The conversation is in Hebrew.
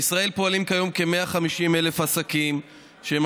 בישראל פועלים כיום כ-150,000 עסקים שהם